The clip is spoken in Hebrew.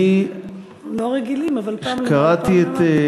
הם לא רגילים, אבל פעם למעלה פעם למטה.